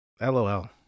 LOL